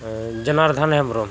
Janardhan Hembrom